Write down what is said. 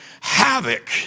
havoc